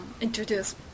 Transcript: introduce